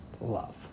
love